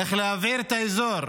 איך להבעיר את האזור